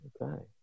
Okay